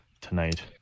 tonight